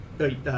Okay